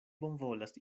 bonvolas